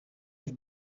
have